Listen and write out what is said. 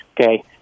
Okay